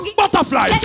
butterfly